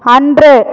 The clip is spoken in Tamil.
அன்று